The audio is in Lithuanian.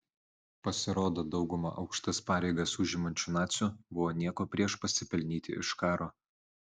pasirodo dauguma aukštas pareigas užimančių nacių buvo nieko prieš pasipelnyti iš karo